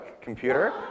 computer